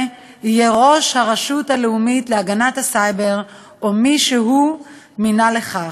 יהיה ראש הרשות הלאומית להגנת הסייבר או מי שהוא מינה לכך.